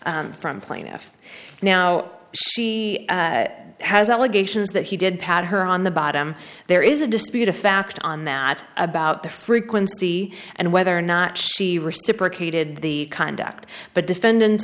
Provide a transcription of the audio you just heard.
from plaintiff now she has allegations that he did pat her on the bottom there is a dispute a fact on that about the frequency and whether or not she reciprocated the conduct but defendant